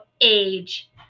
age